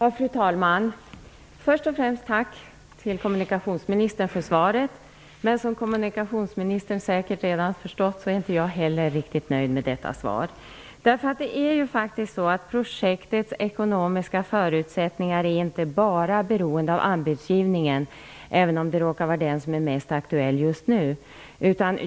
Fru talman! Först och främst vill jag tacka kommunikationsministern för svaret. Men kommunikationsministern har säkert redan förstått att inte heller jag är nöjd med detta svar. Projektets ekonomiska förutsättningar är inte bara beroende av anbudsgivningen, även om det råkar vara den som är mest aktuell just nu.